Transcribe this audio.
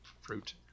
fruit